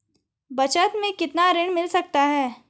बचत मैं कितना ऋण मिल सकता है?